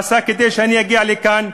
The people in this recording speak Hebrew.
אני מודה לכל מי שטרח ועשה כדי שאגיע לכאן,